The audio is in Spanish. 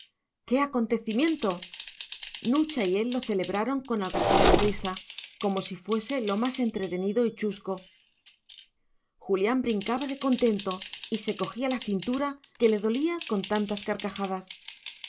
qué acontecimiento nucha y él lo celebraron con algazara y risa como si fuese lo más entretenido y chusco julián brincaba de contento y se cogía la cintura que le dolía con tantas carcajadas